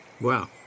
Wow